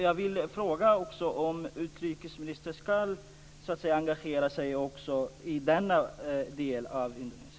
Jag vill fråga om utrikesministern skall engagera sig också i denna del av Indonesien.